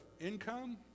income